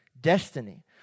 destiny